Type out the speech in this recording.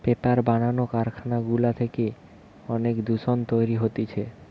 paper বানানো কারখানা গুলা থেকে অনেক দূষণ তৈরী হতিছে